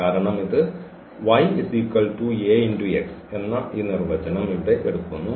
കാരണം ഇത് എന്ന ഈ നിർവചനം ഇവിടെ എടുക്കുന്നു